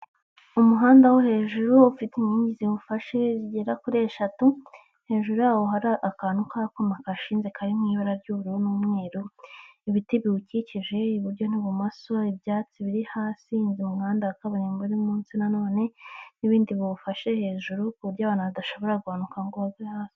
Umuhanda wo hejuru ufite inkingi ziwufashe zigera kuri eshatu, hejuru yawo hari akantu k'akuma kahashinze kari mu ibara ry'ubururu n'umweru, ibiti biwukikije iburyo n'ibumoso, ibyatsi biri hasi, umuhanda wa kaburimbo uri munsi nanone n'ibindi biwufashe hejuru, ku buryo abantu badashobora guhanuka ngo bagwe hasi.